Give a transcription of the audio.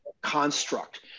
construct